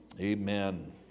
amen